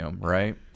right